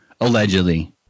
allegedly